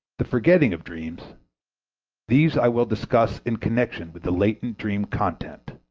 the forgetting of dreams these i will discuss in connection with the latent dream-content.